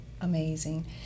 amazing